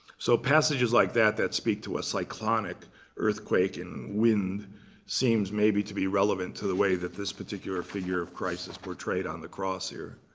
so passages like that that speak to a cyclonic earthquake and wind seems maybe to be relevant to the way that this particular figure of christ is portrayed on the cross here.